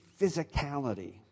physicality